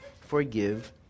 forgive